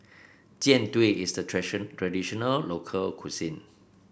Jian Dui is a traditional local cuisine